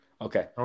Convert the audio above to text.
Okay